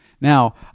Now